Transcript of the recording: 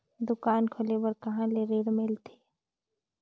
दुकान खोले बार कहा ले ऋण मिलथे?